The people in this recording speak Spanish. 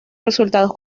resultados